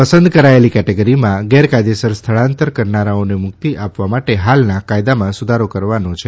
પસંદ કરેલી કેટેગરીમાં ગેરકાયદેસર સ્થળાંતર કરનારાઓને મુક્તિ આપવા માટે હાલના કાયદામાં સુધારો કરવાનો છે